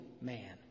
man